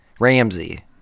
Ramsey